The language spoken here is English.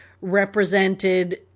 represented